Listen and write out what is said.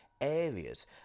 areas